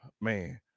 Man